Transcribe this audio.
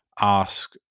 Ask